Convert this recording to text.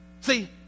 See